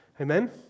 Amen